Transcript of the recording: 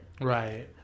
right